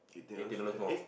eighteen dollars more